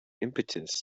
impetus